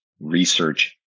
research